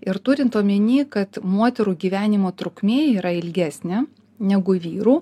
ir turint omeny kad moterų gyvenimo trukmė yra ilgesnė negu vyrų